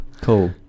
cool